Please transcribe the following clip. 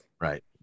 Right